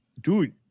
dude